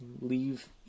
leave